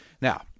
Now